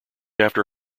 after